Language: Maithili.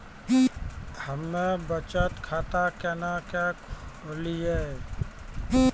हम्मे बचत खाता केना के खोलियै?